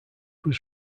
was